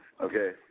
Okay